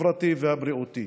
החברתי והבריאותי.